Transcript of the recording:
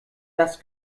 das